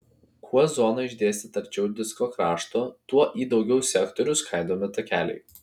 kuo zona išdėstyta arčiau disko krašto tuo į daugiau sektorių skaidomi takeliai